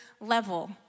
level